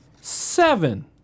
Seven